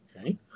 Okay